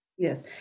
Yes